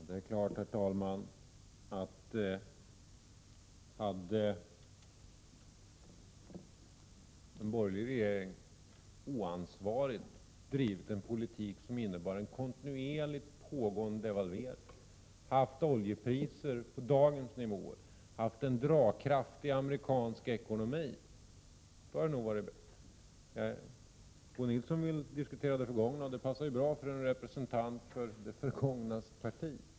Herr talman! Det är klart att hade en borgerlig regering oansvarigt drivit en politik som innebar en kontinuerligt pågående devalvering, haft oljepriser på dagens nivå och haft en dragkraft i amerikansk ekonomi, så hade det nog varit bättre. Bo Nilsson vill diskutera det förgångna, och det passar ju bra för en representant för det förgångnas parti.